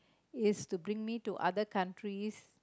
is to bring me to other countries